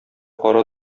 кара